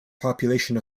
population